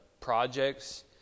projects